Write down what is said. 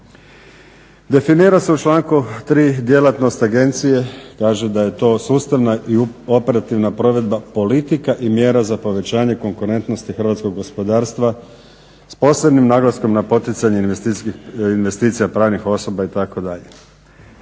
Definira se u članku 3. djelatnost agencije – kaže da je to sustavna i operativna provedba politika i mjera za povećanje konkurentnosti hrvatskog gospodarstva s posebnim naglaskom na poticanje investicija pravnih osoba itd.